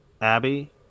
Abby